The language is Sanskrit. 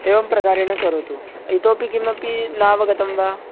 एवं प्रकारेण करोतु इतोपि किमपि नावगतं वा